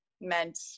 meant